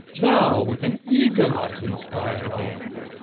thou with an eagle art inspired then.